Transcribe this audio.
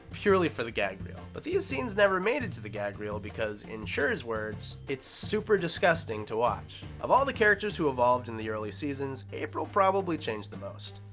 purely for the gag reel. but these scenes never made it to the gag reel because, in schur's words, it's super disgusting to watch. of all the characters who evolved in the early seasons, april probably changed the most.